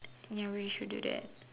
ya we should do that